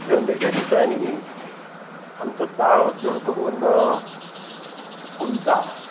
थंडेच्या दिसांनी आमचो ताळो चड करून फुलता